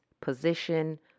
position